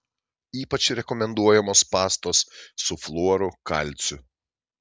ypač rekomenduojamos pastos su fluoru kalciu